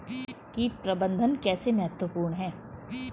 कीट प्रबंधन कैसे महत्वपूर्ण है?